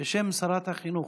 בשם שרת החינוך.